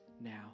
now